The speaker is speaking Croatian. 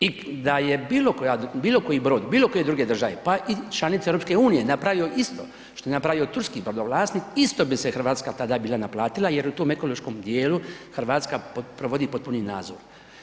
I da je bilokoji brod bilokoji druge države pa i članica EU-a napravio isto što je napravio turski brodovlasnik, isto bi se Hrvatska tada bila naplatila jer u tom ekološkom djelu, Hrvatska provodi potpuni nadzor.